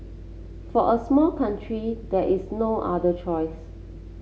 for a small country there is no other choice